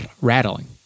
rattling